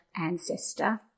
Ancestor